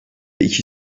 iki